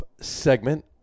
segment